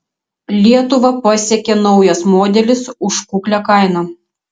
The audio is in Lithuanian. lietuvą pasiekė naujas modelis už kuklią kainą